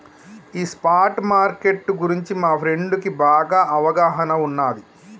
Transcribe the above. ఈ spot market గురించి మా ఫ్రెండుకి బాగా అవగాహన ఉన్నాది